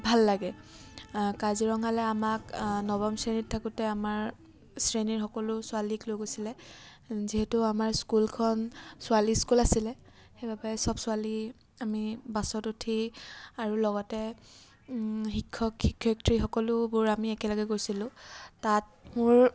ভাল লাগে কাজিৰঙালৈ আমাক নৱম শ্ৰেণীত থাকোঁতে আমাৰ শ্ৰেণীৰ সকলো ছোৱালীক লৈ গৈছিলে যিহেতু আমাৰ স্কুলখন ছোৱালী স্কুল আছিলে সেইবাবে চব ছোৱালী আমি বাছত উঠি আৰু লগতে শিক্ষক শিক্ষয়িত্ৰী সকলোবোৰ আমি একেলগে গৈছিলোঁ তাত মোৰ